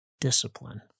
discipline